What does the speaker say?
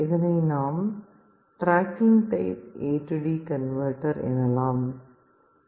இதனை நாம் tracking type AD converter எனலாம்